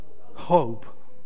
hope